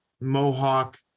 Mohawk